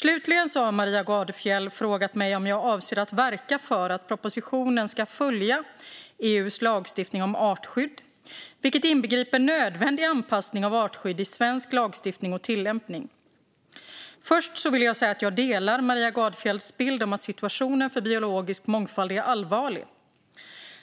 Slutligen har Maria Gardfjell frågat mig om jag avser att verka för att propositionen ska följa EU:s lagstiftning om artskydd, vilket inbegriper nödvändig anpassning av artskydd i svensk lagstiftning och tillämpning. Först vill jag säga att jag delar Maria Gardfjells bild att situationen för biologisk mångfald är allvarlig.